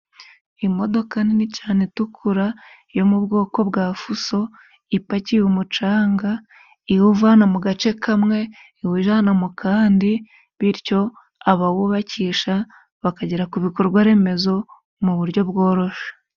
Imodoka nini cane itukura yo mu bwoko bwa fuso ipakiye umucanga iwuvana mu gace kamwe iwujana mu kandi, bityo abawubakisha bakagera ku bikorwa remezo mu buryo bworoshe.